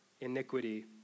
iniquity